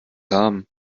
haben